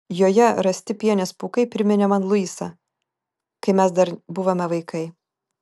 joje rasti pienės pūkai priminė man luisą kai mes dar buvome vaikai